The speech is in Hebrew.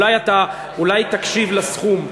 אולי תקשיב לסכום,